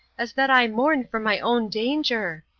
as that i mourn for my own danger.